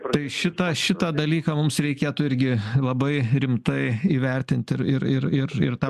tai šitą šitą dalyką mums reikėtų irgi labai rimtai įvertinti ir ir ir ir ir tą